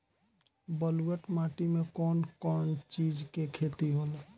ब्लुअट माटी में कौन कौनचीज के खेती होला?